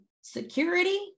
security